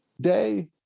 day